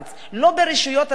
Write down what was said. לא ברשויות העצמאיות,